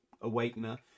awakener